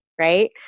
right